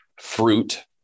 fruit